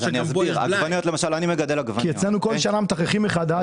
כי אצלנו כל שנה מתחחים מחדש.